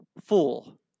full